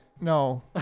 No